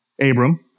Abram